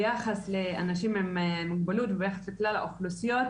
ביחס לאנשים עם מוגבלות וביחס לכלל האוכלוסיות,